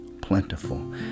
plentiful